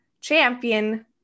champion